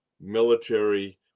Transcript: military